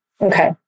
Okay